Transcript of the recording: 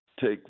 take